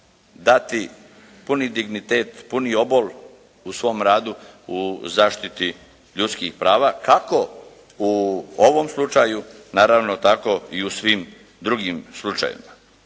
dati puni dignitet, puni obol u svom radu u zaštiti ljudskih prava kako u ovom slučaju, naravno tako i u svim drugim slučajevima.